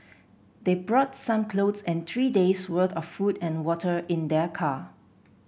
they brought some clothes and three days' worth of food and water in their car